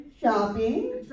shopping